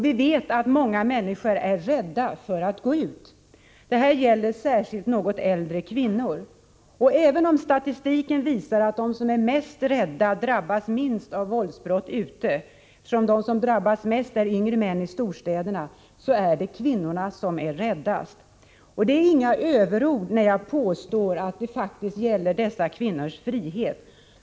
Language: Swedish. Vi vet att många människor är rädda för att gå ut. Det gäller särskilt något äldre kvinnor. Även om statistiken visar att de som är mest rädda drabbas minst av våldsbrott ute — de som drabbas mest är yngre män i storstäderna — så är det kvinnorna som är räddast. Det är inga överord när jag påstår att det faktiskt gäller dessa kvinnors frihet.